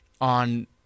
on